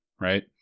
right